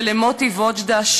ולמוטי וודג'ה,